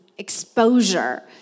exposure